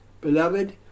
Beloved